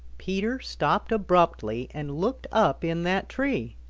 peter stopped abruptly and looked up in that tree.